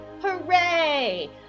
Hooray